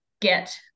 get